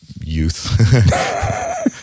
youth